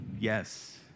Yes